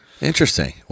Interesting